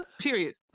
Period